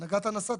'נגעת נסעת'.